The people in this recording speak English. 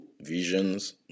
visions